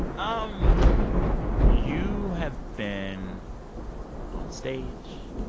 um you have been onstage,